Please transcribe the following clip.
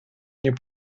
nie